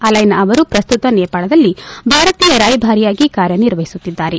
ಅಲ್ಯೆನಾ ಅವರು ಪ್ರಸ್ತುತ ನೇಪಾಳದಲ್ಲಿ ಭಾರತೀಯ ರಾಯಭಾರಿಯಾಗಿ ಕಾರ್ಯನಿರ್ವಹಿಸುತ್ತಿದ್ದಾರೆ